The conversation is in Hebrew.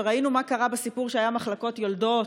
וראינו מה קרה עם הסיפור שהיה במחלקות יולדות.